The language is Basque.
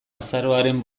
azaroaren